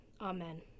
Amen